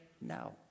no